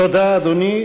תודה, אדוני.